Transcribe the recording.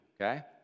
okay